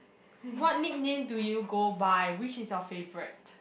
what nickname do you go by which is your favourite